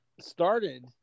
started